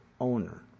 owner